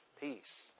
peace